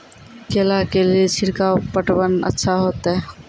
केला के ले ली छिड़काव पटवन अच्छा होते?